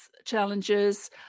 Challenges